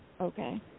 okay